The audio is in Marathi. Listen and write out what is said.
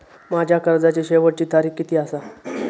माझ्या कर्जाची शेवटची तारीख किती आसा?